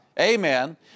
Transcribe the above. Amen